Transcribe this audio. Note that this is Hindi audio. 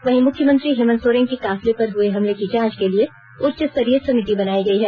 वहीं मुख्यमंत्री हेमंत सोरेन के काफिले पर हुए हमले की जांच के लिए उच्च स्तरीय समिति बनायी गयी है